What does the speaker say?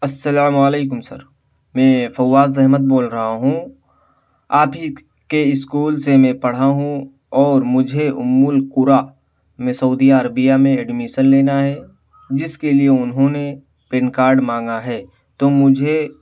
السّلام علیکم سر میں فواز احمد بول رہا ہوں آپ ہی کے اسکول سے میں پڑھا ہوں اور مجھے ام القریٰ میں سعودیہ عربیہ میں ایڈمیشن لینا ہے جس کے لیے انہوں نے پین کارڈ مانگا ہے تو مجھے